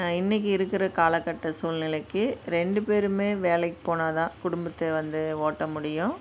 இன்றைக்கு இருக்கிற காலகட்ட சூழ்நிலைக்கு ரெண்டு பேருமே வேலைக்குப் போனால் தான் குடும்பத்தை வந்து ஓட்ட முடியும்